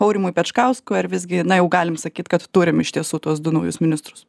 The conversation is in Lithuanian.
aurimui pečkausku ar visgi na jau galim sakyt kad turim iš tiesų tuos du naujus ministrus